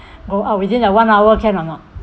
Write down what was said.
go out within the one-hour can or not